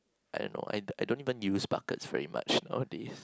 I don't know I don~ I don't even use bucket very much nowadays